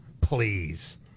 Please